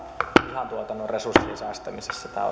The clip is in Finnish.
lihantuotannon resurssien säästämisessä tämä